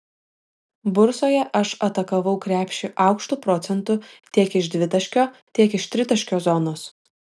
bursoje aš atakavau krepšį aukštu procentu tiek iš dvitaškio tiek iš tritaškio zonos